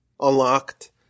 unlocked